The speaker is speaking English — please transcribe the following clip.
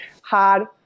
hard